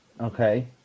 okay